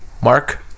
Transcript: Mark